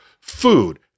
food